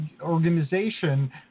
organization